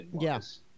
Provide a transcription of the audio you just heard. yes